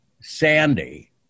Sandy